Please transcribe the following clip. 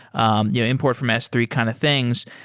um yeah import from s three kind of things,